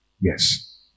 Yes